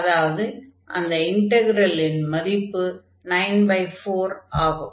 அதாவது அந்த இன்டக்ரலின் மதிப்பு 94 ஆகும்